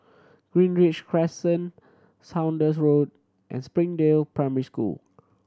Greenridge Crescent Saunders Road and Springdale Primary School